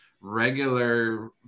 regular